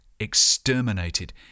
exterminated